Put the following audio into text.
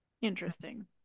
Interesting